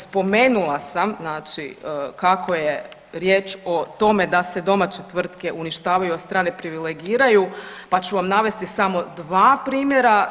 Spomenula sam kako je riječ o tome da se domaće tvrtke uništavaju, a strane privilegiraju pa ću vam navesti samo dva primjera.